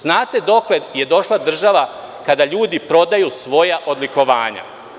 Znate dokle je došla država kada ljudi prodaju svoja odlikovanja.